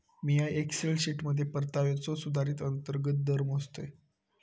मिया एक्सेल शीटमध्ये परताव्याचो सुधारित अंतर्गत दर मोजतय